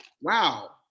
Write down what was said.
wow